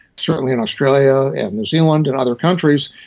certainly in australia and new zealand and other countries,